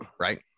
right